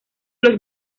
los